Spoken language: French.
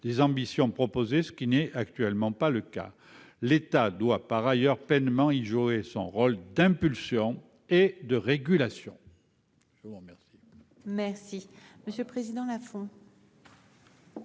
des ambitions proposées, ce qui n'est actuellement pas le cas. L'État doit par ailleurs pleinement y jouer son rôle d'impulsion et de régulation.